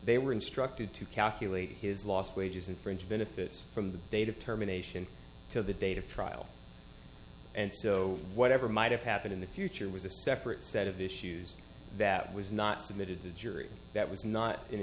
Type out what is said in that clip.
they were instructed to calculate his lost wages and fringe benefits from the date of terminations to the date of trial and so whatever might have happened in the future was a separate set of issues that was not submitted the jury that was not an